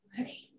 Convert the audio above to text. Okay